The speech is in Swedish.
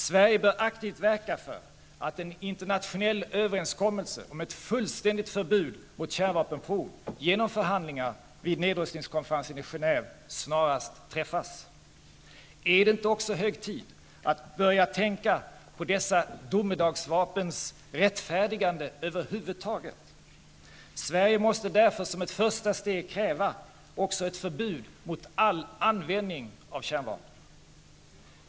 Sverige bör aktivt verka för att en internationell överenskommelse om ett fullständigt förbud mot kärnvapenprov, genom förhandlingar vid nedrustningskonferensen i Genève, snarast träffas. Är det inte också hög tid att börja tänka på dessa domedagsvapens rättfärdigande över huvud taget? Sverige måste därför som ett första steg kräva också ett förbud mot all användning av kärnvapen.